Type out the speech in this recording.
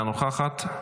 אינה נוכחת,